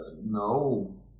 No